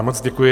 Moc děkuji.